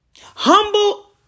Humble